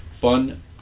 fun